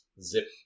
zip